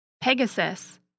Pegasus